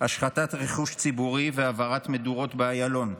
השחתת רכוש ציבורי והבערת מדורות באיילון,